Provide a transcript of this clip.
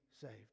saved